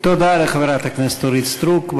תודה לחברת הכנסת אורית סטרוק.